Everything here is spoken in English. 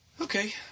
Okay